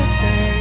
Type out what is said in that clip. say